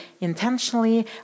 intentionally